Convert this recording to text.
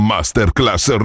Masterclass